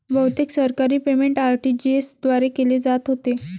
बहुतेक सरकारी payment RTGS द्वारे केले जात होते